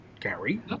Gary